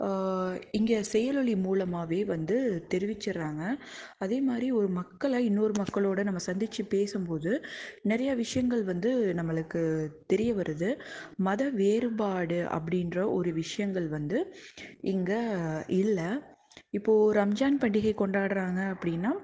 இங்கே செயலொளி மூலமாகவே வந்து தெரிவிச்சிடுறாங்க அதேமாதிரி ஒரு மக்களை இன்னொரு மக்களோட நம்ம சந்தித்து பேசும்போது நிறையா விஷயங்கள் வந்து நம்மளுக்கு தெரிய வருது மத வேறுபாடு அப்படின்ற ஒரு விஷயங்கள் வந்து இங்கே இல்லை இப்போ ரம்ஜான் பண்டிகை கொண்டாடுறாங்க அப்படின்னா